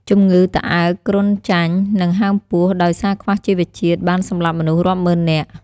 ជំងឺត្អើក គ្រុនចាញ់ និងហើមពោះដោយសារខ្វះជីវជាតិ បានសម្លាប់មនុស្សរាប់ម៉ឺននាក់។